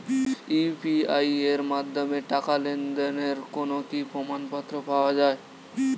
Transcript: UPI এর মাধ্যমে টাকা লেনদেনের কোন কি প্রমাণপত্র পাওয়া য়ায়?